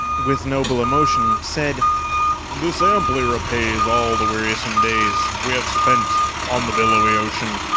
with noble emotion, said this amply repays all the wearisome days we have spent on the billowy ocean!